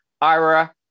Ira